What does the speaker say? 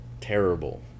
Terrible